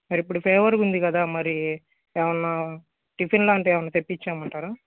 మరి ఇప్పుడు ఫీవర్గా ఉంది కదా మరి ఏవన్నా టిఫిన్ లాంటిది ఏవన్నా తెప్పించమంటారా